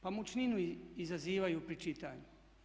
Pa mučninu izazivaju pri čitanju.